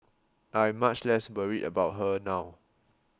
I'm much less worried about her now